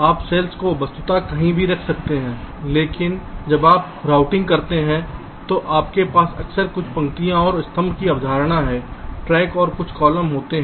आप सेल को वस्तुतः कहीं भी रख सकते हैं लेकिन जब आप रूटिंग करते हैं तो आपके पास अक्सर कुछ पंक्तियाँ और स्तंभ की अवधारणा ट्रैक और कुछ कॉलम होते हैं